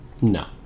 No